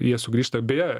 jie sugrįžta beje